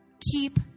Keep